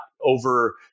over